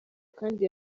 kandi